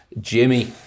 Jimmy